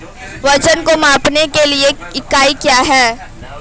वजन को मापने के लिए इकाई क्या है?